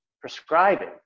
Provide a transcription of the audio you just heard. prescribing